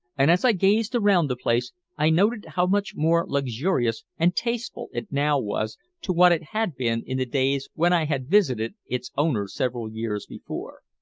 and as i gazed around the place i noted how much more luxurious and tasteful it now was to what it had been in the days when i had visited its owner several years before.